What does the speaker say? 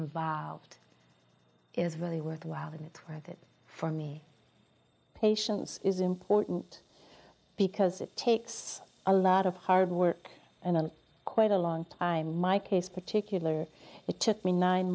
involved is very worthwhile and it's worth it for me patience is important because it takes a lot of hard work and quite a long time my case particular it took me nine